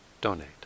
donate